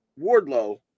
Wardlow